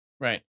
right